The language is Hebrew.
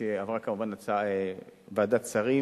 שעברה כמובן את ועדת השרים.